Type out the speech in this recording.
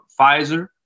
Pfizer